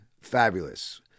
fabulous